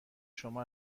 شما